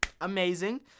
amazing